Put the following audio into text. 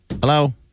Hello